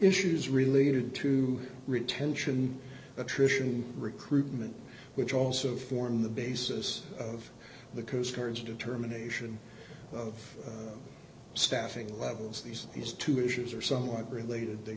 issues related to return ssion attrition recruitment which also form the basis of the coast guard's determination of staffing levels these these two issues are somewhat related they